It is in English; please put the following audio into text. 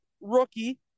rookie